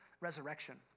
resurrection